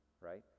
right